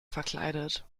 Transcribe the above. verkleidet